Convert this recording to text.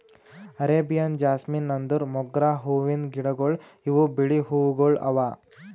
Arabian jasmine ಅಂದುರ್ ಮೊಗ್ರಾ ಹೂವಿಂದ್ ಗಿಡಗೊಳ್ ಇವು ಬಿಳಿ ಹೂವುಗೊಳ್ ಅವಾ